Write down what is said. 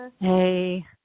Hey